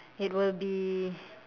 it will be